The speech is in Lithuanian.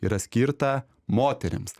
yra skirta moterims